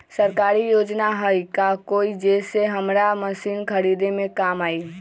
सरकारी योजना हई का कोइ जे से हमरा मशीन खरीदे में काम आई?